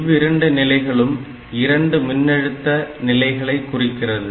இவ்விரண்டு நிலைகளும் 2 மின்னழுத்த நிலைகளை குறிக்கிறது